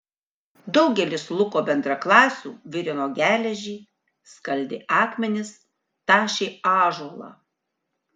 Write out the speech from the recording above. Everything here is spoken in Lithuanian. daugelis luko bendraklasių virino geležį skaldė akmenis tašė ąžuolą